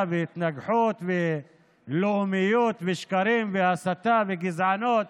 והתנגחות ולאומיות ושקרים והסתה וגזענות,